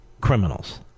criminals